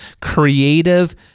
creative